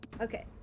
Okay